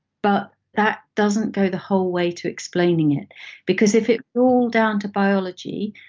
but that doesn't go the whole way to explaining it because if it boiled down to biology,